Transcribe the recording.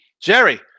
Jerry